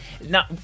Now